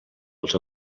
els